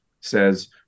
says